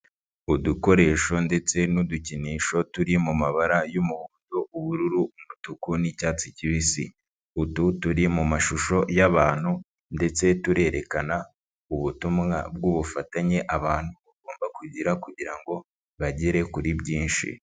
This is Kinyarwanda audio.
Udukoresho ndetse n'udukinisho turi mu mabara y'umuhondo, ubururu, umutuku n'icyatsi kibisi. Utu turi mu mashusho y'abantu ndetse turerekana ubutumwa bw'ubufatanye abantu bagomba kugira kugira ngo bagere kuri byinshi.